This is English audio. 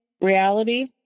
reality